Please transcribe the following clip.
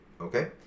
okay